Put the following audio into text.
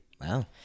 Wow